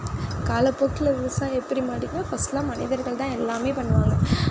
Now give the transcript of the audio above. காலப்போக்கில் விவசாயம் எப்படி மாறிட்டுன்னா ஃபர்ஸ்ட் எல்லாம் மனிதர்கள் தான் எல்லாமே பண்ணுவாங்க